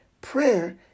prayer